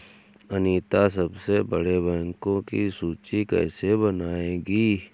अनीता सबसे बड़े बैंकों की सूची कैसे बनायेगी?